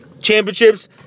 championships